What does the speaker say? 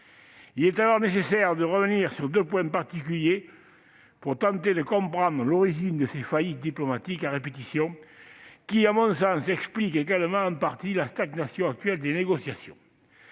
Il est nécessaire de revenir sur deux points particuliers pour tenter de comprendre l'origine de ces faillites diplomatiques à répétition. Ces deux points, à mon sens, expliquent également en partie la stagnation actuelle des négociations.